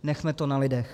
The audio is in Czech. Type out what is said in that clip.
Nechme to na lidech.